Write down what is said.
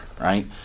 right